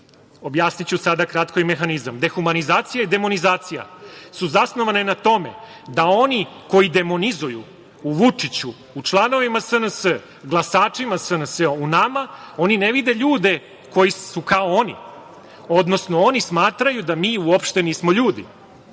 Brnabić. Objasniću sada kratko i mehanizam. Dehumanizacija i demonizacija su zasnovane na tome da oni koji demonizuju u Vučiću u članovima SNS, glasačima SNS, u nama oni ne vide ljude koji su kao oni, odnosno oni smatraju da mi uopšte nismo